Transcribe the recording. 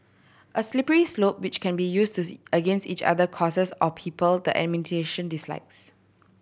a slippery slope which can be used to the against each other causes or people the administration dislikes